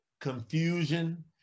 confusion